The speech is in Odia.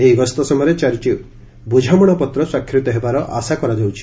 ଏହି ଗସ୍ତ ସମୟରେ ଚାରିଟି ବୁଝାମଣାପତ୍ର ସ୍ୱାକ୍ଷରିତ ହେବାର ଆଶା କରାଯାଉଛି